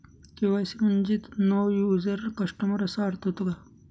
KYC म्हणजे know your customer असा अर्थ होतो का?